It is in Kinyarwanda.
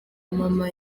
mama